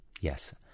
yes